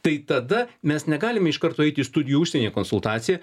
tai tada mes negalime iš karto eiti į studijų užsienyje konsultaciją